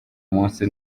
munsi